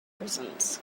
prisons